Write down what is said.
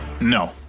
No